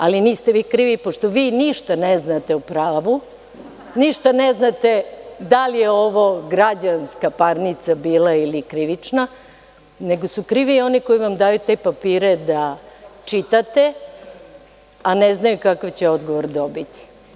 Ali, niste vi krivi, pošto vi ništa ne znate o pravu, ništa ne znate da li je ovo građanska parnica bila ili krivična, nego su krivi oni koji vam daju te papire da čitate, a ne znaju kakav će odgovor dobiti.